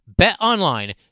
BetOnline